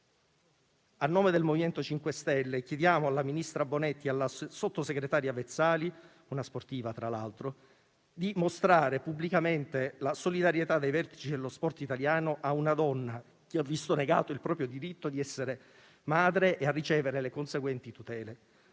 A nome del MoVimento 5 Stelle chiediamo alla ministra Bonetti e alla sottosegretaria Vezzali (una sportiva, tra l'altro) di dimostrare pubblicamente la solidarietà dei vertici dello sport italiano a una donna che ha visto negato il proprio diritto di essere madre e a ricevere le conseguenti tutele.